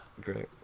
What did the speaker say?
Great